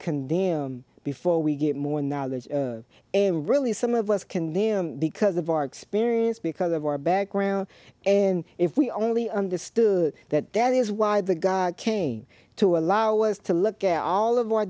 condemn before we get more knowledge and really some of us can them because of our experience because of our background and if we only understood that that is why the guy came to allow us to look at all of our